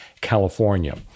California